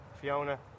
Fiona